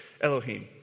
Elohim